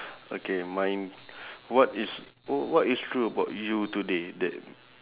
okay mine what is what is true about you today that